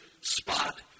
spot